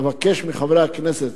אבקש מחברי הכנסת